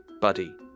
Buddy